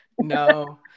No